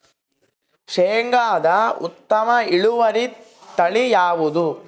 ಶೇಂಗಾದ ಉತ್ತಮ ಇಳುವರಿ ತಳಿ ಯಾವುದು?